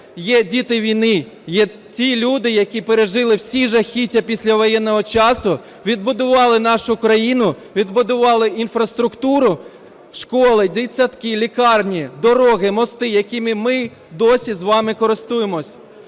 є діти війни, є ті люди, які пережили всі жахіття післявоєнного часу, відбудували нашу країну, відбудували інфраструктуру, школи, дитсадки, лікарні, дороги, мости, якими ми досі з вами користуємось.